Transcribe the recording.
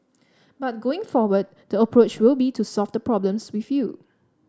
but going forward the approach will be to solve the problems with you